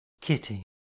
Kitty